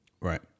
Right